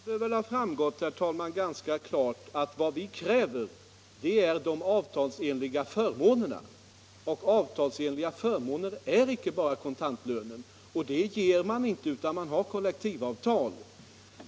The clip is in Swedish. Herr talman! Men det bör väl ha framgått ganska klart att vad vi kräver är avtalsenliga förmåner, och avtalsenliga förmåner är icke bara kontantlönen. Och det ger man inte, utan man har kollektivavtal.